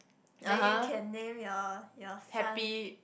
then you can name your your son